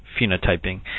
phenotyping